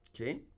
Okay